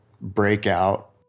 Breakout